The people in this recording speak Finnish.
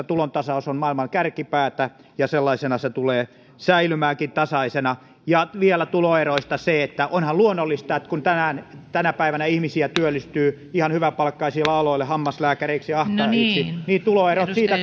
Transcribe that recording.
tulontasaus on maailman kärkipäätä ja sellaisena se tulee säilymäänkin tasaisena ja vielä tuloeroista se että onhan luonnollista että kun tänä päivänä ihmisiä työllistyy ihan hyväpalkkaisille aloille hammaslääkäreiksi ahtaajiksi niin tuloerot siitä